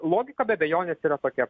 logika be abejonės yra tokia